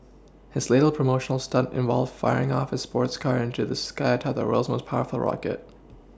his latest promotional stunt involved firing off a sports car into the sky atop the world's most powerful rocket